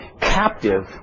captive